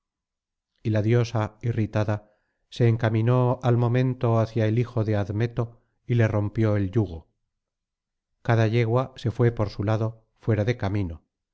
y la diosa irritada se encaminó al momento hacia el hijo de admeto y le rompió el yugo cada yegua se fué por su lado fuera de camino